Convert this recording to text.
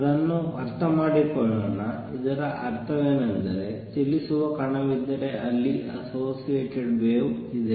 ಅದನ್ನು ಅರ್ಥಮಾಡಿಕೊಳ್ಳೋಣ ಇದರ ಅರ್ಥವೇನೆಂದರೆ ಚಲಿಸುವ ಕಣವಿದ್ದರೆ ಅಲ್ಲಿ ಅಸ್ಸೋಸಿಯೇಟೆಡ್ ವೇವ್ ಇದೆ